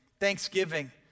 Thanksgiving